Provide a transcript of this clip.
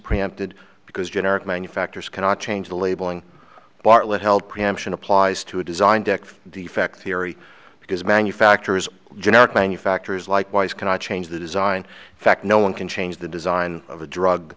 preempted because generic manufacturers cannot change the labeling bartlet held preemption applies to a design defect defect theory because manufacturers generic manufacturers likewise cannot change the design fact no one can change the design of a drug